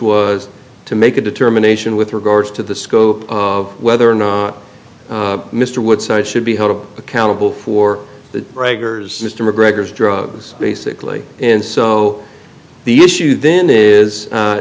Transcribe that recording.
was to make a determination with regards to the scope of whether or not mr woodside should be held accountable for the regulars mr mcgregor's drugs basically and so the issue then is